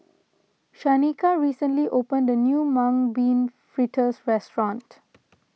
Shanika recently opened the new Mung Bean Fritters restaurant